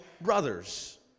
brothers